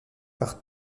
par